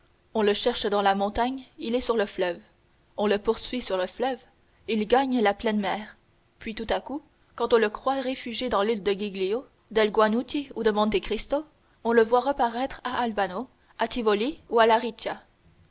on le cherche dans la montagne il est sur le fleuve on le poursuit sur le fleuve il gagne la pleine mer puis tout à coup quand on le croit réfugié dans l'île del giglio del guanouti ou de monte cristo on le voit reparaître à albano à tivoli ou à